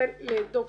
אני נותנת לד"ר